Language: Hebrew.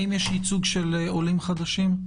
האם יש ייצוג של עולים חדשים?